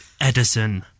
Edison